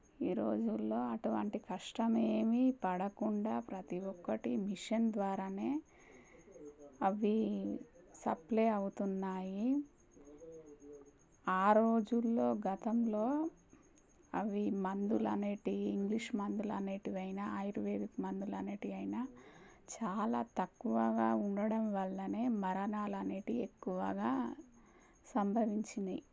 ఈ రోజుల్లో అటువంటి కష్టం ఏమి పడకుండా ప్రతీ ఒక్కటి మిషన్ ద్వారానే అవి సప్లై అవుతున్నాయి ఆ రోజుల్లో గతంలో అవి మందులు అనేటివి ఇంగ్లీష్ మందులు అనేటివి అయినా ఆయుర్వేదిక్ మందులు అనేటివి అయినా చాలా తక్కువగా ఉండడం వల్లనే మరణాలు అనేటివి ఎక్కువగా సంభవించినాయి